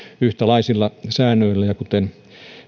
yhtäläisillä säännöillä ja kuten